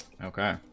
Okay